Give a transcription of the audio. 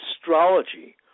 astrology